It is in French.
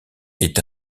est